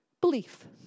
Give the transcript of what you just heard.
Belief